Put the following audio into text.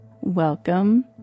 welcome